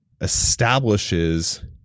establishes